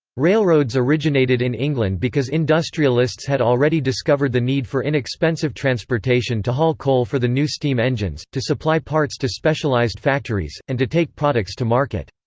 railroads originated in england because industrialists had already discovered the need for inexpensive transportation to haul coal for the new steam engines, to supply parts to specialized factories, and to take products to market.